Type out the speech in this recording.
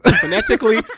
Phonetically